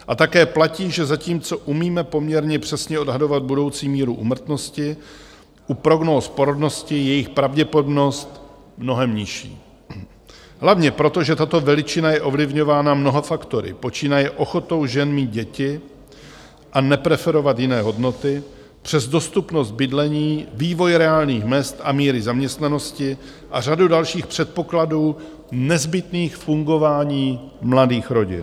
A také platí, že zatímco umíme poměrně přesně odhadovat budoucí míru úmrtnosti, u prognóz porodnosti je jejich pravděpodobnost mnohem nižší, hlavně proto, že tato veličina je ovlivňována mnoha faktory, počínaje ochotou žen mít děti a nepreferovat jiné hodnoty přes dostupnost bydlení, vývoj reálných mezd a míry zaměstnanosti a řadu dalších předpokladů nezbytných k fungování mladých rodin.